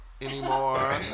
anymore